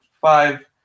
five